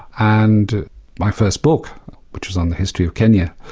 and my first book which was on the history of kenya,